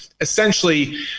essentially